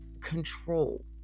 control